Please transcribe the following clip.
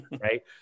Right